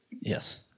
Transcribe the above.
Yes